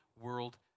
world